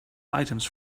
items